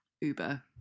Uber